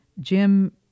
Jim